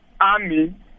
army